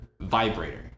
vibrator